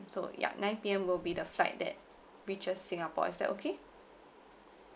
so ya nine P_M will be the flight that reaches singapore is that okay